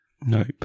Nope